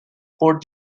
port